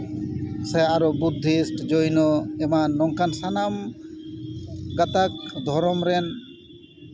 ᱥᱮ ᱟᱨᱚ ᱵᱩᱫᱽᱫᱷᱤᱥᱴ ᱡᱚᱭᱱᱚ ᱮᱢᱟᱱ ᱥᱟᱱᱟᱢ ᱜᱟᱛᱟᱠ ᱫᱷᱚᱨᱚᱢ ᱨᱮᱱ